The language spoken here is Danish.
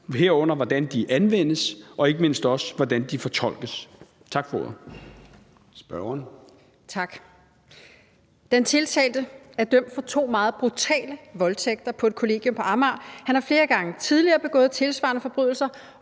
herunder hvordan de anvendes, og ikke mindst også, hvordan de fortolkes.